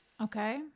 Okay